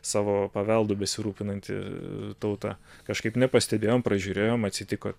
savo paveldu besirūpinanti tauta kažkaip nepastebėjom pražiūrėjom atsitiko